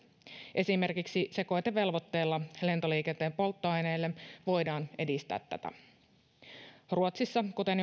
esimerkiksi sekoitevelvoitteella lentoliikenteen polttoaineille voidaan edistää tätä ruotsissa kuten